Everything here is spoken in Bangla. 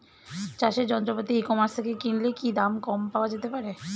চাষের যন্ত্রপাতি ই কমার্স থেকে কিনলে কি দাম কম পাওয়া যেতে পারে?